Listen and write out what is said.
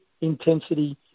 intensity